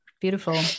Beautiful